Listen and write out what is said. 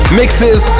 mixes